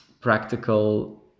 practical